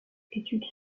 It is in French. études